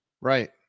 Right